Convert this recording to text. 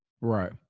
Right